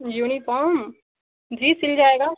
uniform जी सिल जाएगा